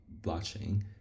blockchain